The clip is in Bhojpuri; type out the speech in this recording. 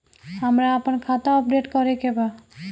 हमरा आपन खाता अपडेट करे के बा